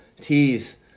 teas